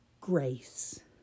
grace